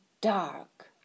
dark